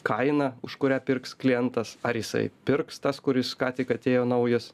kainą už kurią pirks klientas ar jisai pirks tas kuris ką tik atėjo naujas